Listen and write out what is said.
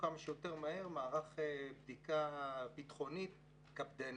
כמה שיותר מהר מערך בדיקה ביטחונית קפדני.